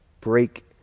Break